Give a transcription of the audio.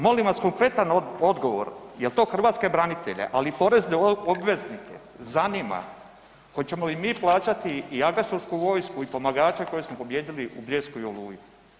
Molim vas konkretan odgovor, je li to hrvatske branitelje, ali porezne obveznike zanima hoćemo li mi plaćati i agresorsku vojsku i pomagača kojeg smo pobijedili u Bljesku i Oluji?